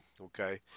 Okay